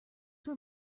were